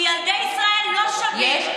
כי ילדי ישראל לא שווים,